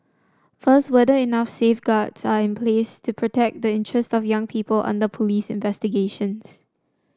first whether enough safeguards are in place to protect the interests of young people under police investigations